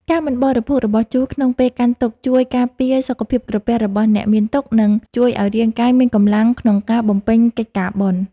ការមិនបរិភោគរបស់ជូរក្នុងពេលកាន់ទុក្ខជួយការពារសុខភាពក្រពះរបស់អ្នកមានទុក្ខ និង ជួយឱ្យរាងកាយមានកម្លាំងក្នុងការបំពេញកិច្ចការបុណ្យ។